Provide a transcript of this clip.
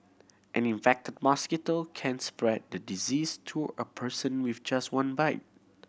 an infected mosquito can spread the disease to a person with just one bite